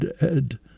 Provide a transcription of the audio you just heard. dead